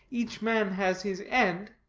each man has his end,